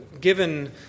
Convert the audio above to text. given